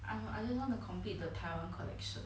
I I don't want to like complete the taiwan collection